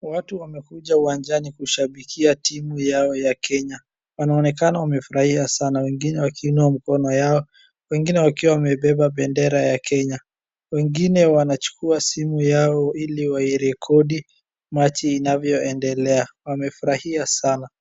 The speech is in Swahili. Watu wamekuja uwanjani kushabikia timu yao ya Kenya. Wanaonekana wamefurahia sana, wengine wakiinua mikono yao, wengine wakiwa wamebeba bendera ya Kenya, wengine wanachukua simu yao warekodi machi inavyoendelea. Wamefurahia sana.